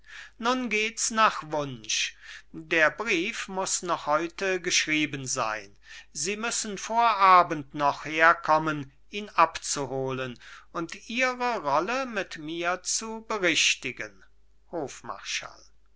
nun geht's nach wunsch der brief muß noch heute geschrieben sein sie müssen vor abend noch herkommen ihn abzuholen und ihre rolle mit mir zu berichtigen hofmarschall